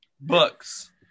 Books